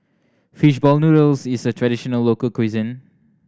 fish ball noodles is a traditional local cuisine